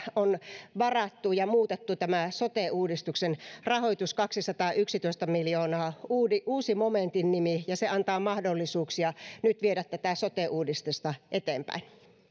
on varattu ja muutettu tämä sote uudistuksen rahoitus kaksisataayksitoista miljoonaa uusi momentin nimi se antaa mahdollisuuksia viedä tätä sote uudistusta nyt eteenpäin